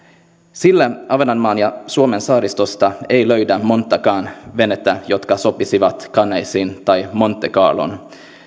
ahvenanmaan ja suomen saaristosta ei löydy montakaan venettä jotka sopisivat cannesiin tai monte carloon